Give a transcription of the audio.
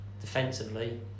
defensively